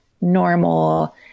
normal